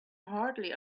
hardly